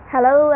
Hello